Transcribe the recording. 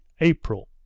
April